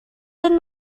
did